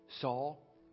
Saul